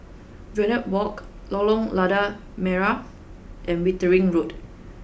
Verde Walk Lorong Lada Merah and Wittering Road